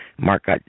Mark